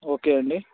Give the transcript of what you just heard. okay అండి